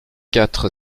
quatre